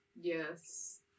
yes